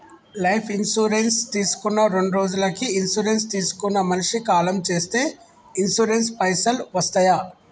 Life insurance తీసుకున్న రెండ్రోజులకి insurance తీసుకున్న మనిషి కాలం చేస్తే ఇన్సూరెన్స్ పైసల్ వస్తయా?